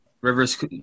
Rivers